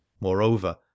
Moreover